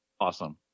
awesome